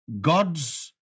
God's